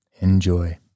enjoy